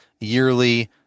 yearly